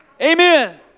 Amen